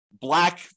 black